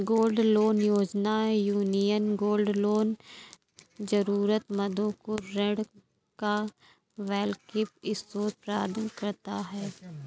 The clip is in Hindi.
गोल्ड लोन योजना, यूनियन गोल्ड लोन जरूरतमंदों को ऋण का वैकल्पिक स्रोत प्रदान करता है